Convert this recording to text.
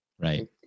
right